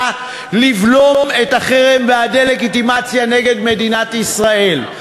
לבלום את החרם והדה-לגיטימציה נגד מדינת ישראל.